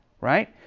right